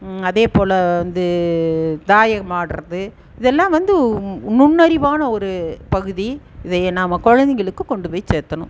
அதேப்போல வந்து தாயம் ஆடுவது இது எல்லாம் வந்து நுண்ணறிவான ஒரு பகுதி இதை நாம் குழந்தைகளுக்கு கொண்டு போய் சேர்த்தணும்